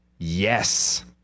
Yes